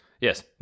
Yes